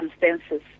circumstances